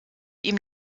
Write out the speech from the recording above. ihm